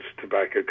tobacco